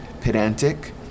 pedantic